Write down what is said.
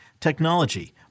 technology